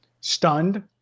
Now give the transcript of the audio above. stunned